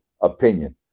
opinion